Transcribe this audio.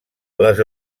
les